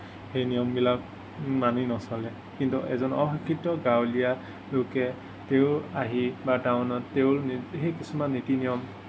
সেই নিয়মবিলাক মানি নচলে কিন্তু এজন অশিক্ষিত গাৱলীয়া লোকে তেওঁ আহি বা টাউনত তেওঁ সেই কিছুমান নীতি নিয়ম